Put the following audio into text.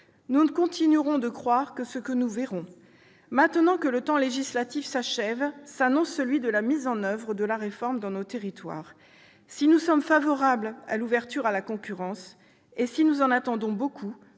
Nous ne continuerons de croire que ce que nous verrons. Maintenant que le temps législatif s'achève, s'annonce celui de la mise en oeuvre de la réforme dans nos territoires. Si nous sommes favorables à l'ouverture à la concurrence et si nous en attendons beaucoup,